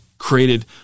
created